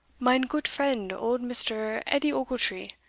mine goot friend, old mr. edie ochiltree.